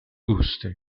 gusti